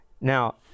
Now